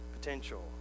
potential